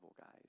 guys